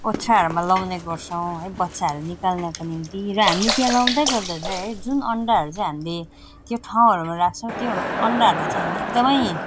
ओथ्राहरूमा लगाउने गर्छौँ है बच्चाहरू निकाल्नको निम्ति र हामीले त्यहाँ लगाउँदै गर्दा है जुन अन्डाहरू चाहिँ हामीले त्यो ठाउँहरूमा राख्छौँ त्यो अन्डाहरूलाई चाहिँ हामीले एकदम